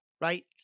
Right